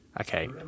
okay